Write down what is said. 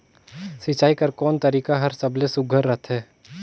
सिंचाई कर कोन तरीका हर सबले सुघ्घर रथे?